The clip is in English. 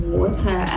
water